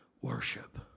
worship